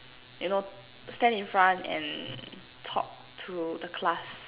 you know stand in front and talk to the class